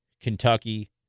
Kentucky